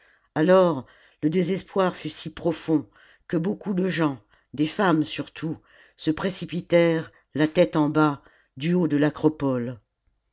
alors le désespoir fut si profond que beaucoup de gens des femmes surtout se précipitèrent la tête en bas du haut de l'acropole